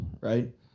right